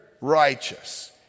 righteous